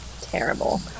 terrible